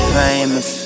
famous